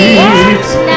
Now